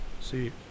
see